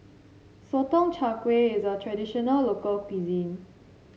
Sotong Char Kway is a traditional local cuisine